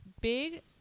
big